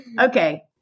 Okay